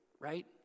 right